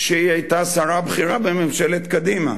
שהיא היתה שרה בכירה בממשלת קדימה,